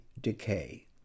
decay